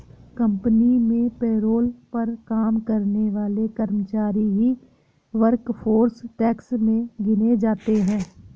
company में payroll पर काम करने वाले कर्मचारी ही वर्कफोर्स टैक्स में गिने जाते है